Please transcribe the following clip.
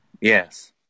Yes